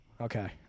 Okay